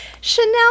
Chanel